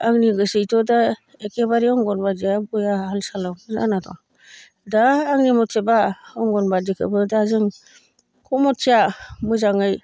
आंनि गोसोयैथ' दा एखेबारे अंगनबादिया बेया हाल सालाव जाना दं दा आंनि मथेबा अंगनबादिखौबो दा जों कमिथिया मोजाङै